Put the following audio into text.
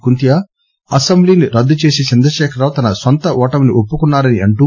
కుంతియా అసెంబ్లీని రద్దు చేసి చంద్రశేఖరరావు తన నొంత ఓటమిని ఒప్పుకున్నా రని అంటూ